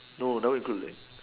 no that one include already